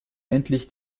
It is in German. endlich